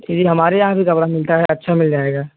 ठीक हमारे यहाँ भी कपड़ा मिलता है अच्छा मिल जाएगा